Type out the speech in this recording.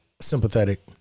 sympathetic